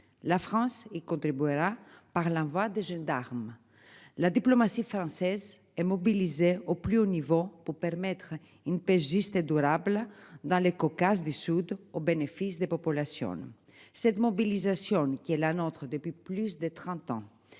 la France et contribuer la par la voie des gendarmes. La diplomatie française est mobilisée au plus haut niveau pour permettre une paix juste et durable dans le Caucase du Sud au bénéfice des populations. Cette mobilisation qui est la nôtre depuis plus de 30 ans